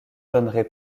donnerait